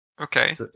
Okay